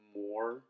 more